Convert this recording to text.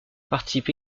participe